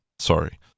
Sorry